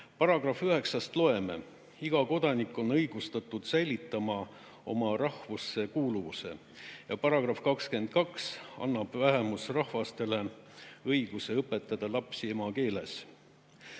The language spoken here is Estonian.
Paragrahv 9-st loeme: "Iga kodanik on õigustatud säilitama oma rahvuse kuuluvuse." ja paragrahv 22 annab vähemusrahvastele õiguse õpetada lapsi emakeeles: